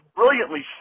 brilliantly